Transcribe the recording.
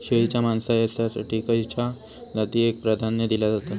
शेळीच्या मांसाएसाठी खयच्या जातीएक प्राधान्य दिला जाता?